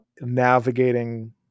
navigating